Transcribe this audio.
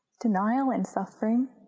denial and suffering,